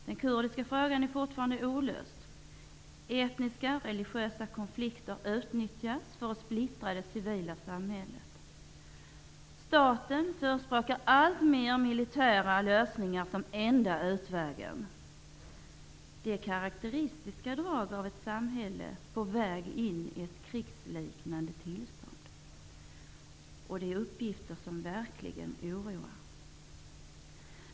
Den kurdiska frågan är fortfarande olöst. Etniska och religiösa konflikter utnyttjas för att splittra det civila samhället. Staten förespråkar alltmer militära lösningar som enda utvägen. Det är karakteristiska drag av ett samhälle på väg in i ett krigsliknande tillstånd.'' Det här är uppgifter som verkligen oroar.